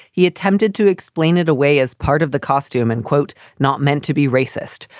he attempted to explain it away as part of the costume and quote, not meant to be racist,